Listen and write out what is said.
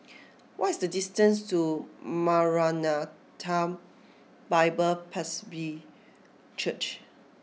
what is the distance to Maranatha Bible Presby Church